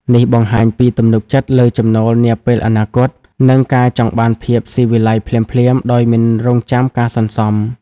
នេះបង្ហាញពីទំនុកចិត្តលើចំណូលនាពេលអនាគត និងការចង់បានភាពស៊ីវិល័យភ្លាមៗដោយមិនរង់ចាំការសន្សំ។